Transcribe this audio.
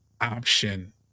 option